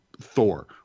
Thor